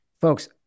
Folks